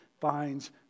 finds